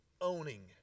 owning